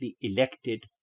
elected